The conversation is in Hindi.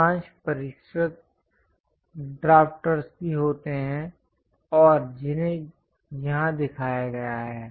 अधिकांश परिष्कृत ड्रॉफ्टरस् भी होते हैं और जिन्हें यहां दिखाया गया है